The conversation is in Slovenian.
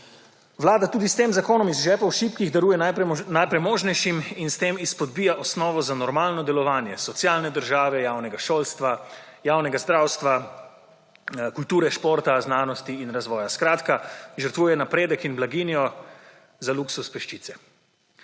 Vlada tudi s tem zakonom iz žepov šibkih daruje najpremožnejšim in s tem izpodbija osnovo za normalno delovanje socialne države, javnega šolstva, javnega zdravstva, kulturi, športa, znanosti in razvoja. Skratka, žrtvuje napredek in blaginjo za luksuz peščice.